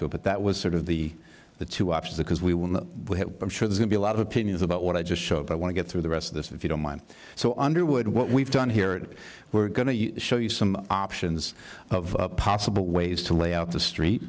to it but that was sort of the the two options because we want to i'm sure there will be a lot of opinions about what i just showed but i want to get through the rest of this if you don't mind so underwood what we've done here we're going to show you some options of possible ways to lay out the street